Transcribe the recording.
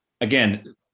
again